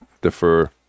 defer